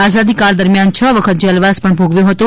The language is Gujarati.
આઝાદીકાળ દરમિયાન છ વખત જેલવાસ પણ ભોગવ્યો હતો